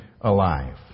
alive